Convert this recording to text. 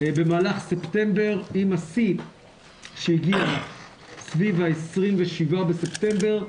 במהלך ספטמבר עם השיא שהגיע סביב ה-27 בספטמבר.